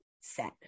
set